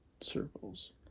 circles